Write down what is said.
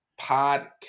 Podcast